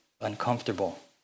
uncomfortable